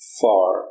far